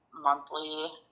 monthly